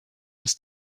his